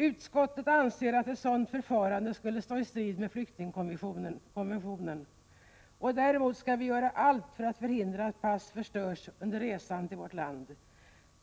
Utskottet anser att ett sådant förfarande skulle stå i strid med flyktingkonventionen. Däremot skall man göra allt för att förhindra att pass förstörs under resan till vårt land.